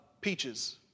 peaches